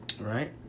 Right